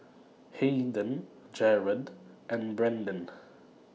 Hayden Jerrod and Brendan